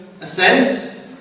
assent